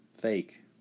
fake